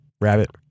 Rabbit